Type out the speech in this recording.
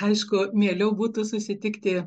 aišku mieliau būtų susitikti